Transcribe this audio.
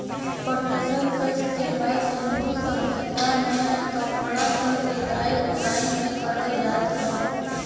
पटसन क इस्तेमाल सिन्धु सभ्यता में कपड़न क सिलाई बुनाई में करल जात रहल